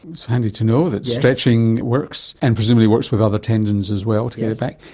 it's handy to know that stretching works and presumably works with other tendons as well to get it back.